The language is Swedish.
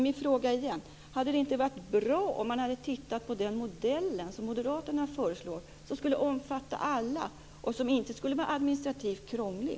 Min fråga är: Hade det inte varit bra om man hade tittat på den modell som moderaterna föreslår och som skulle omfatta alla och som inte skulle vara administrativt krånglig?